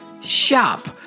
shop